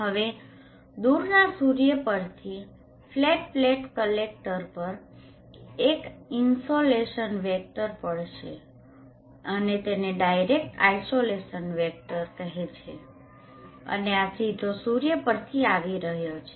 હવે દૂરના સૂર્ય પરથી ફ્લેટ પ્લેટ કલેક્ટર પર એક ઇન્સોલેશન વેક્ટરvectorસદિશ પડશે અને તેને ડાયરેક્ટ આઈસોલેશન વેક્ટર કહેવામાં આવે છે અને આ સીધો સૂર્ય પરથી આવી રહ્યો છે